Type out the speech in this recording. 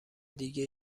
دیگه